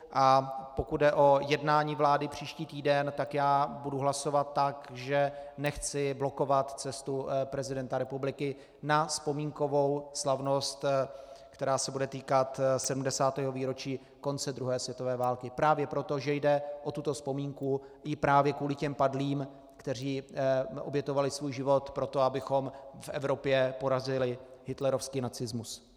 A pokud jde o jednání vlády příští týden, budu hlasovat tak, že nechci blokovat cestu prezidenta republiky na vzpomínkovou slavnost, která se bude týkat 70. výročí konce druhé světové války, právě proto, že jde o tuto vzpomínku i právě kvůli těm padlým, kteří obětovali svůj život pro to, abychom v Evropě porazili hitlerovský nacismus.